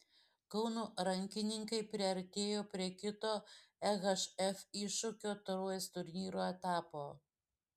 kauno rankininkai priartėjo prie kito ehf iššūkio taurės turnyro etapo